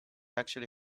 actually